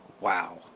Wow